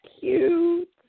cute